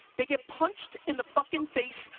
they get punched in the fucking face,